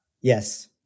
Yes